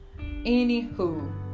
Anywho